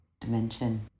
dimension